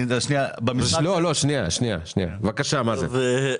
בבקשה מאזן.